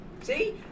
See